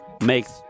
makes